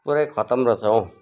पुरै खत्तम रहेछ हौ